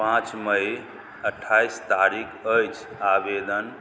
पाँच मइ अठाइस तारिख अछि आवेदन